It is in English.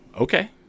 okay